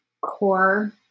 core